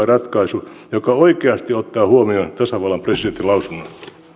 ratkaisu joka oikeasti ottaa huomioon tasavallan presidentin lausunnon